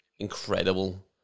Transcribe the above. incredible